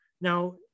Now